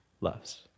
loves